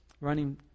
running